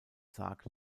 sarg